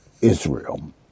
Israel